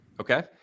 Okay